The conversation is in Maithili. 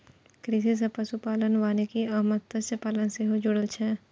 कृषि सं पशुपालन, वानिकी आ मत्स्यपालन सेहो जुड़ल छै